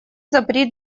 запри